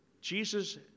Jesus